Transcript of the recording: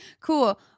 cool